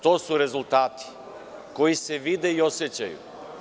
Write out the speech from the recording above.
To su rezultati, koji se vide i osećaju.